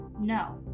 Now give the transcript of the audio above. No